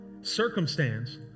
circumstance